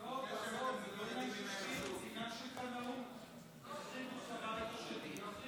אולי כדאי שיתחילו, שפיות לעצמם לפני